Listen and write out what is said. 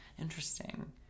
interesting